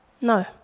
No